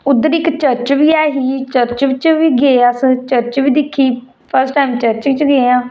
उद्धर इक चर्च बी ऐ ही चर्च बिच बी गे अस चर्च बी दिक्खी फर्स्ट टाइम चर्च च गे आं